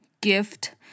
gift